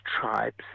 tribes